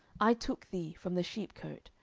i took thee from the sheepcote,